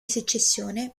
secessione